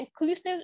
inclusive